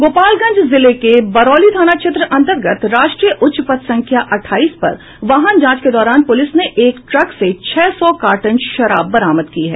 गोपालगंज जिले के बरौली थाना क्षेत्र अंतर्गत राष्ट्रीय उच्च पथ संख्या अठाईस पर वाहन जांच के दौरान पुलिस ने एक ट्रक से छह सौ कार्टन शराब बरामद की है